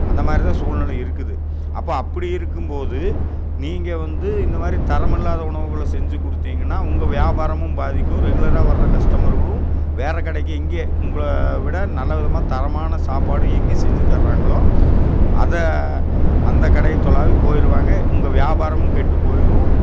அந்த மாதிரிதான் சூழ்நிலை இருக்குது அப்போ அப்படி இருக்கும்போது நீங்கள் வந்து இந்த மாதிரி தரமில்லாத உணவுகளை செஞ்சு கொடுத்தீங்கனா உங்கள் வியாபாரமும் பாதிக்கும் ரெகுலராக வர்ற கஸ்டமர்களும் வேறு கடைக்கு இங்கே உங்களை விட நல்லவிதமாக தரமான சாப்பாடு எங்கே செஞ்சு தர்றாங்களோ அத அந்த கடையை தொழாவி போயிடுவாங்க உங்கள் வியாபாரமும் கெட்டு போயிடும்